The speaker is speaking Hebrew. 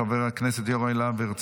חברת הכנסת מירב בן ארי,